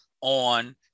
on